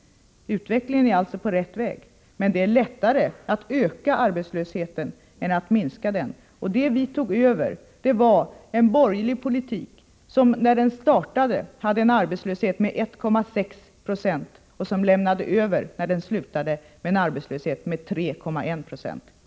Utvecklingen är alltså på rätt väg. Det är lättare att öka arbetslösheten än att minska den. Vi tog över efter en borgerlig politik som startade med en arbetslöshet på 1,6 20 och som lämnade över, när den slutade, med en arbetslöshet på 3,1 20.